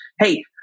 hey